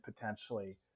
potentially